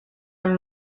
amb